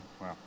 Wow